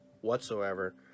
whatsoever